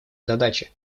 задачи